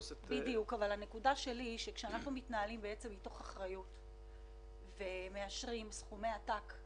הנקודה שלי היא כאשר אנחנו מתנהלים מתוך אחריות ומאשרים סכומי עתק,